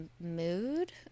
mood